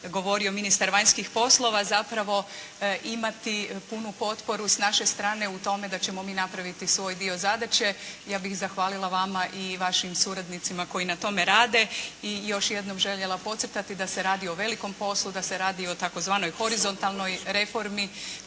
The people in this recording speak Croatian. govorio ministar vanjskih poslova, zapravo imati punu potporu s naše strane u tome da ćemo mi napraviti svoj dio zadaće. Ja bih zahvalila vama i vašim suradnicima koji na tome rade i još jednom željela podcrtati da se radi o velikom poslu, da se radi o tzv. horizontalnoj reformi